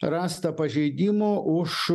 rasta pažeidimų už